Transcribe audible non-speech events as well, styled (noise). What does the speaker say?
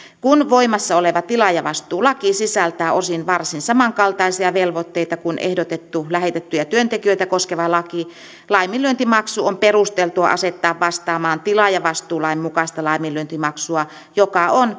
kun voimassa oleva tilaajavastuulaki sisältää osin varsin samankaltaisia velvoitteita kuin ehdotettu lähetettyjä työntekijöitä koskeva laki laiminlyöntimaksu on perusteltua asettaa vastaamaan tilaajavastuulain mukaista laiminlyöntimaksua joka on (unintelligible)